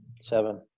seven